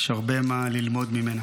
יש הרבה מה ללמוד ממנה.